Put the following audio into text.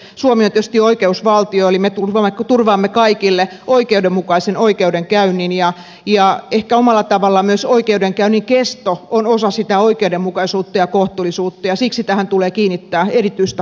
suomi on tietysti oikeusvaltio eli me turvaamme kaikille oikeudenmukaisen oikeudenkäynnin ja ehkä omalla tavallaan myös oikeudenkäynnin kesto on osa sitä oikeudenmukaisuutta ja kohtuullisuutta ja siksi tähän tulee kiinnittää erityistä huomiota